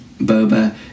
boba